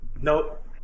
Nope